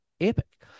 epic